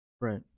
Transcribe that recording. Right